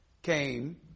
came